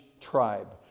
tribe